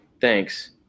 thanks